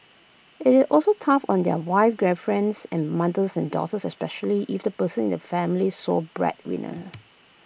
IT is also tough on their wives girlfriends mothers and daughters especially if the person is the family's sole breadwinner